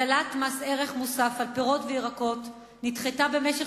הטלת מס ערך מוסף על פירות וירקות נדחתה במשך